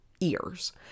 ears